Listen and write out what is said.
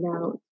out